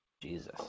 Jesus